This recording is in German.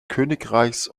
königreichs